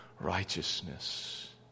righteousness